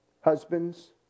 Husbands